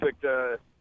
perfect